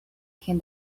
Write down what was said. can